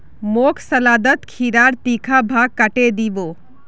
मोक सलादत खीरार तीखा भाग काटे दी बो